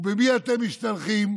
ובמי אתם משתלחים?